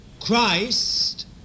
Christ